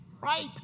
right